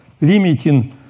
limiting